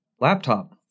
laptop